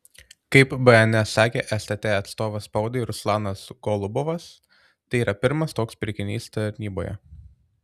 kaip bns sakė stt atstovas spaudai ruslanas golubovas tai yra pirmas toks pirkinys tarnyboje